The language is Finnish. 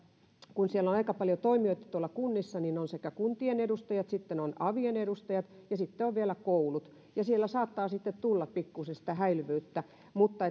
kun on aika paljon toimijoita tuolla kunnissa on kuntien edustajat on avien edustajat ja sitten vielä koulut että siellä saattaa tulla pikkusen sitä häilyvyyttä mutta